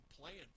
playing